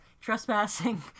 trespassing